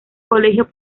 colegio